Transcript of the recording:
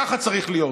ככה צריך להיות.